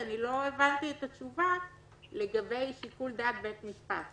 לא הבנתי את התשובה לגבי שיקול דעת בית משפט.